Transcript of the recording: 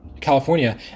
California